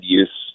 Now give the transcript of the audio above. use